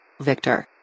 Victor